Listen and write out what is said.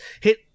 hit